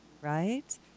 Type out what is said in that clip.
right